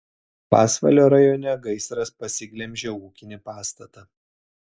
pasvalio rajone gaisras pasiglemžė ūkinį pastatą